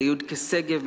ליודק'ה שגב,